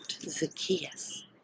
Zacchaeus